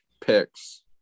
picks